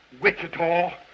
Wichita